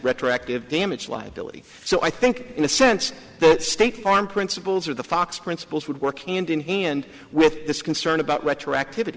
retroactive damage liability so i think in a sense the state farm principles are the fox principles would work hand in hand with this concern about retroactivity